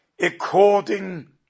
according